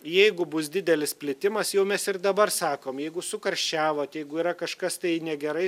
jeigu bus didelis plitimas jau mes ir dabar sakom jeigu sukarščiavot jeigu yra kažkas tai negerai